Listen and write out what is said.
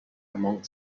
among